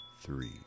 three